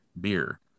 beer